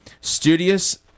Studious